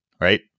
right